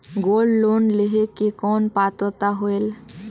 Gold loan लेहे के कौन पात्रता होएल?